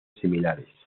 similares